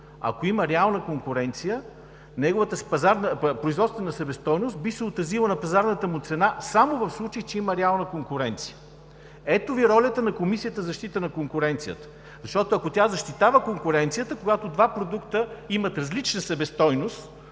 ако има реална конкуренция, неговата производствена себестойност би се отразила на пазарната му цена само в случай, че има реална конкуренция. Ето Ви ролята на Комисията за защита на конкуренцията. Защото, ако тя защитава конкуренцията, когато два продукта имат различна себестойност,